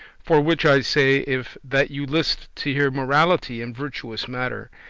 for which i say, if that you list to hear morality and virtuous mattere,